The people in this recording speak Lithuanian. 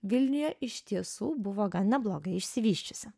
vilniuje iš tiesų buvo gan neblogai išsivysčiusi